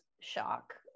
Shock